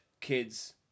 kids